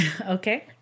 Okay